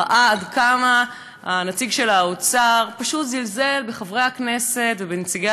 ראה עד כמה הנציג של האוצר פשוט זלזל בחברי הכנסת ובנציגי